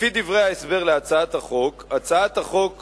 לפי דברי ההסבר להצעת החוק, הצעת החוק